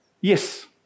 yes